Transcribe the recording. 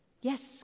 Yes